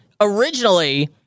originally